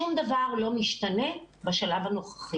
שום דבר לא משתנה בשלב הנוכחי.